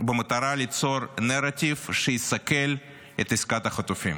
במטרה ליצור נרטיב שיסכל את עסקת החטופים.